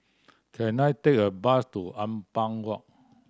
can I take a bus to Ampang Walk